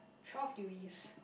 twelve degrees